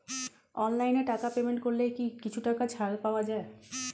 অনলাইনে টাকা পেমেন্ট করলে কি কিছু টাকা ছাড় পাওয়া যায়?